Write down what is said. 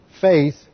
Faith